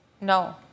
No